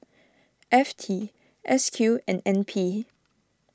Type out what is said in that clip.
F T S Q and N P